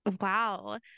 Wow